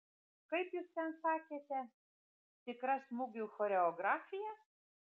kaip jūs ten sakėte tikra smūgių choreografija